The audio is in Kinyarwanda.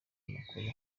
amakuru